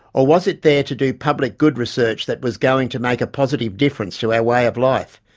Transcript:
or was it there to do public good research that was going to make a positive difference to our way of life,